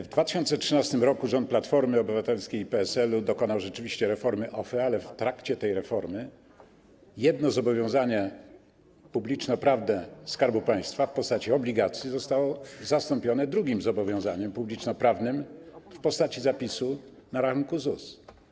W 2013 r. rząd Platformy Obywatelskiej i PSL-u dokonał rzeczywiście reformy OFE, ale w trakcie tej reformy jedno zobowiązanie publicznoprawne Skarbu Państwa w postaci obligacji zostało zastąpione drugim zobowiązaniem publicznoprawnym w postaci zapisu na rachunku ZUS.